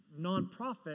nonprofit